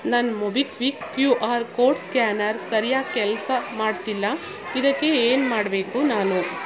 ನನ್ನ MobiKwik Q R code scanner ಸರ್ಯಾಗಿ ಕೆಲಸ ಮಾಡ್ತಿಲ್ಲ ಇದಕ್ಕೆ ಏನು ಮಾಡಬೇಕು ನಾನು